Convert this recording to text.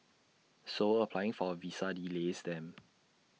so applying for A visa delays them